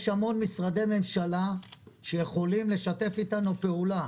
יש המון משרדי ממשלה שיכולים לשתף איתנו פעולה,